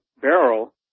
barrel